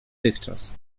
tychczas